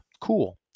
cool